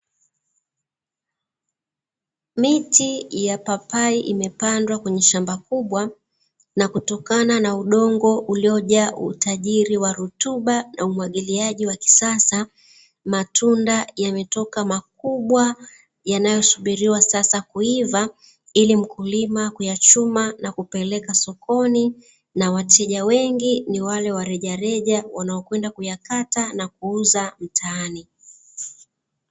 Miti ya papai imepandwa kwenye shamba kubwa, na kutokana na udongo uliojaa utajiri wa rutuba na umwagiliaji wa kisasa. Matunda yametoka makubwa yanayosubiriwa sasa kuiva ili mkulima kuyachuma na kupeleka sokoni ,na wateja wengi ni wale wa rejareja wanaokwenda kuyakata na kuuza mtaani.